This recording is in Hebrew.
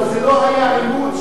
אבל שם זה לא היה עימות,